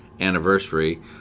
anniversary